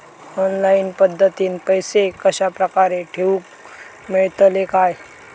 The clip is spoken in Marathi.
ऑनलाइन पद्धतीन पैसे कश्या प्रकारे ठेऊक मेळतले काय?